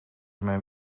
mijn